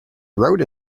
wrote